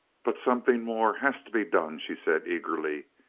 but something more has to be done, she said eagerly.